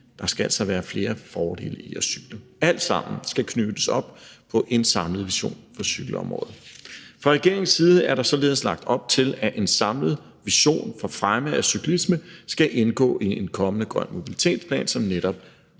Der skal altså være flere fordele ved at cykle. Det skal alt sammen knyttes op på en samlet vision for cykelområdet. Kl. 16:01 Fra regeringens side er der således lagt op til, at en samlet vision for fremme af cyklismen skal indgå i en kommende grøn mobilitetsplan, som netop